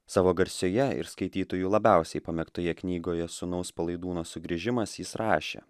savo garsioje ir skaitytojų labiausiai pamėgtoje knygoje sūnaus palaidūno sugrįžimas jis rašė